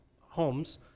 homes